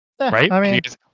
right